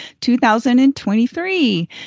2023